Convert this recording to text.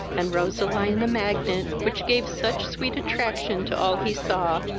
and roseline the magnet which gave such sweet attraction to all he saw,